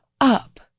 up